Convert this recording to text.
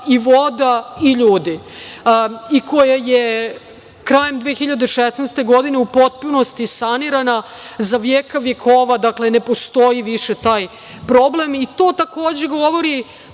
i voda i ljudi i koje je krajem 2016. godine u potpunosti sanirana za vjek-vjekova, dakle ne postoji više taj problem. To takođe govori